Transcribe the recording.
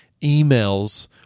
emails